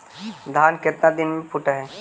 धान केतना दिन में फुट है?